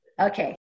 Okay